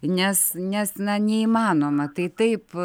nes nes na neįmanoma tai taip